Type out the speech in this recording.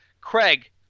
Craig